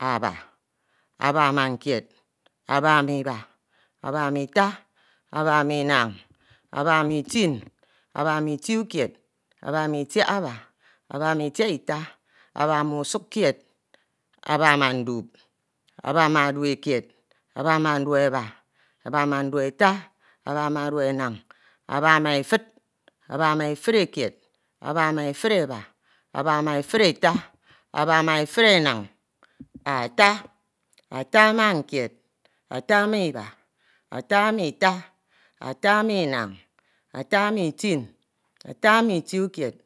aba, aba ma kied, aba ma itin, aba ma itiukied, aba ma itiaba, aba ma itiaita aba ma usukkied, aba ma dup, aba ma dupekied, aba ma dupeba, aba ma dupeta, aba ma dupenan, aba ma efud, aba ma efudekied, aba ma efudeba, aba ma efudeta, aba ma efudenan, ata, ata ma kied, ata ma Iba, ata ma Ita, ata ma inam ata ma ltun, ata ma Itiukied,